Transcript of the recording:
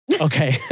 Okay